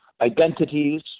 identities